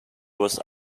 was